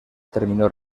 terminó